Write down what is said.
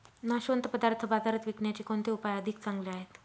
नाशवंत पदार्थ बाजारात विकण्याचे कोणते उपाय अधिक चांगले आहेत?